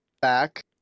back